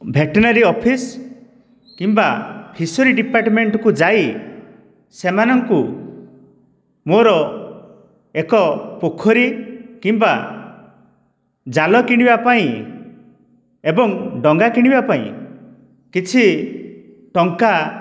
veterinary office କିମ୍ବା fishery ଡିପାର୍ଟମେଣ୍ଟକୁ ଯାଇ ସେମାନଙ୍କୁ ମୋର ଏକ ପୋଖରୀ କିମ୍ବା ଜାଲ କିଣିବାପାଇଁ ଏବଂ ଡଙ୍ଗା କିଣିବା ପାଇଁ କିଛି ଟଙ୍କା